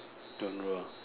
genre